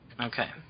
Okay